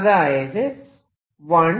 അതായത് 1